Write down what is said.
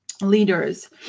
leaders